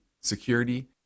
security